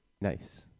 Nice